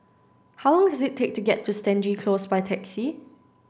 how long does it take to get to Stangee Close by taxi